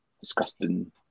disgusting